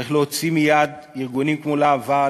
צריך להוציא מייד ארגונים כמו להב"ה,